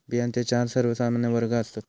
बियांचे चार सर्वमान्य वर्ग आसात